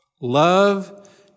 Love